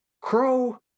Crow